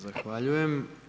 Zahvaljujem.